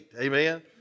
Amen